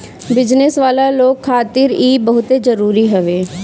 business वाला लोग खातिर इ बहुते जरुरी हवे